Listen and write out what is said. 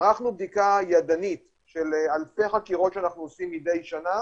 ערכנו בדיקה ידנית של אלפי חקירות שאנחנו עושים מדי שנה